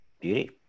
Beauty